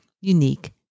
unique